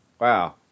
Wow